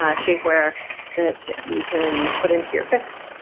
ah shapewear that you can put into your fix.